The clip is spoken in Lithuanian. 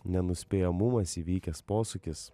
nenuspėjamumas įvykęs posūkis